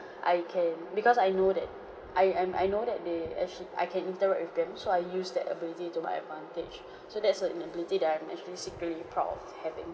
I can because I know that I I'm I know that they actually I can interact with them so I use that ability to my advantage so that's a an ability that I am actually secretly proud of having